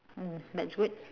oh that's good